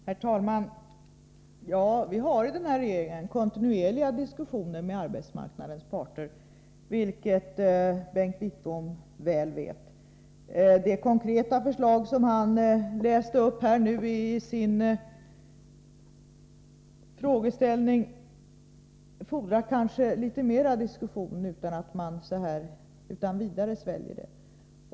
Herr talman! Vi har i den här regeringen kontinuerliga diskussioner med arbetsmarknadens parter, vilket Bengt Wittbom väl vet. Det konkreta förslag som han nu läste upp fordrar kanske litet mera diskussion; man kan inte så här utan vidare svälja det.